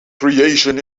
creation